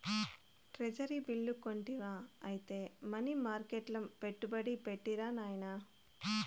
treasury bill కొంటివా ఐతే money మర్కెట్ల పెట్టుబడి పెట్టిరా నాయనా